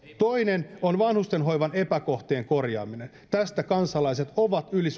toinen on vanhustenhoivan epäkohtien korjaaminen tästä kansalaiset ovat yli